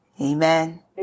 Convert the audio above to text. Amen